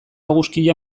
eguzkia